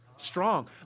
Strong